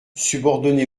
subordonné